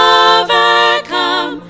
overcome